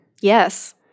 Yes